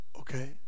okay